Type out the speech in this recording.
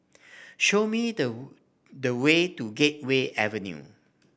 show me the the way to Gateway Avenue